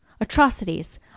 Atrocities